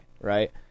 right